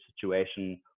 situation